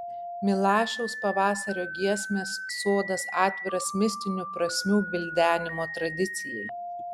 milašiaus pavasario giesmės sodas atviras mistinių prasmių gvildenimo tradicijai